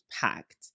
packed